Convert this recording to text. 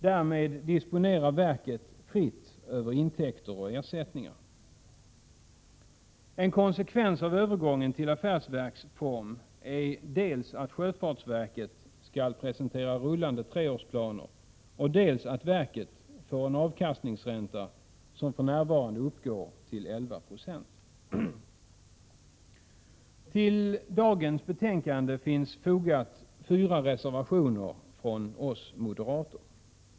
Därmed disponerar verket fritt över intäkter och ersättningar. En konsekvens av övergången till affärsverksform är dels att sjöfartsverket skall presentera rullande treårsplaner, dels att verket får en avkastningsränta som för närvarande uppgår till 11 96. Till dagens betänkande finns fogade fyra reservationer från oss moderater.